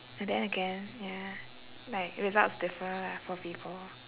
but then again ya like results differ lah for people